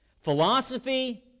Philosophy